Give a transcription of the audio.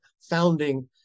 founding